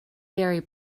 very